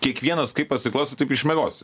kiekvienas kaip pasiklosi taip išmiegosi